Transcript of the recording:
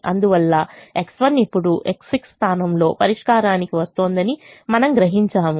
అందువల్ల X1 ఇప్పుడు X6 స్థానంలో పరిష్కారానికి వస్తోందని మనము గ్రహించాము